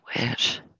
wish